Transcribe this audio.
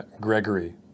Gregory